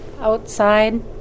outside